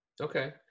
Okay